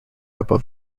above